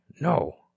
No